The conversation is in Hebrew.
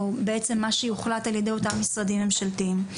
בעצם מה שיוחלט על ידי אותם משרדים ממשלתיים.